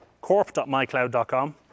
corp.mycloud.com